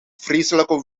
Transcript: vreselijke